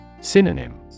Synonym